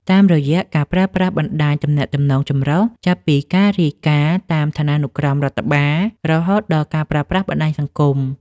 តាមរយៈការប្រើប្រាស់បណ្ដាញទំនាក់ទំនងចម្រុះ ចាប់ពីការរាយការណ៍តាមឋានានុក្រមរដ្ឋបាល រហូតដល់ការប្រើប្រាស់បណ្ដាញសង្គម។